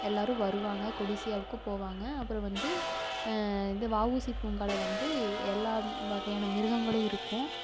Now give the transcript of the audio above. எல்லாரும் வருவாங்க கொடிசியாவுக்கு போவாங்க அப்பறம் வந்து இந்த வஉசி பூங்காவில வந்து எல்லாம் வகையான மிருகங்களும் இருக்கும்